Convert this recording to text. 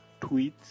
tweets